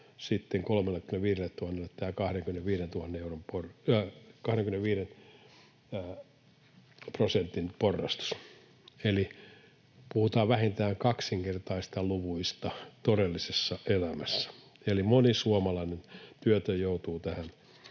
35 000:lle tämä 25 prosentin porrastus. Eli puhutaan vähintään kaksinkertaisista luvuista todellisessa elämässä. Moni suomalainen työtön joutuu tämän